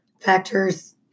factors